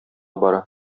бара